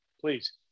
please